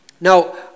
Now